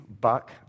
buck